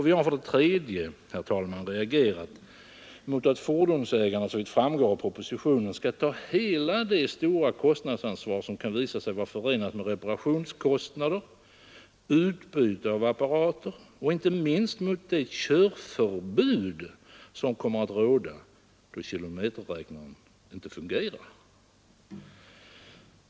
Vi har för det tredje, herr talman, reagerat mot att fordonsägarna, såvitt framgår av propositionen, skall ta hela det stora kostnadsansvar som kan visa sig vara förenat med reparationskostnader, utbyte av apparater och inte minst med det körförbud som kommer att råda då kilometerräknaren inte fungerar.